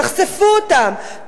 תחשפו אותם,